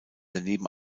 daneben